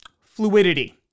fluidity